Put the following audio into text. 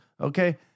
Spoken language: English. Okay